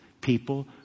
people